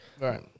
Right